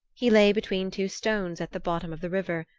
he lay between two stones at the bottom of the river,